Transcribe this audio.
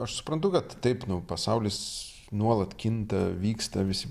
aš suprantu kad taip pasaulis nuolat kinta vyksta visi